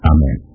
Amen